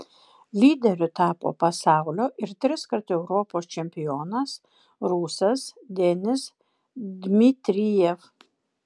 lyderiu tapo pasaulio ir triskart europos čempionas rusas denis dmitrijev